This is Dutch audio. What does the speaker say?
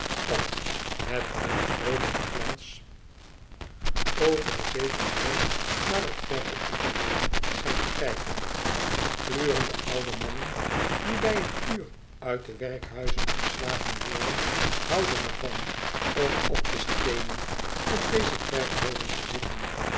dat met een vroolijken glans over de zee van rook naar t verre oeverland schijnt te kijken glurende oude mannen die bij t uur uit de werkhuizen ontslagen worden houden or van om op de steenen op deze kerkhoven te zitten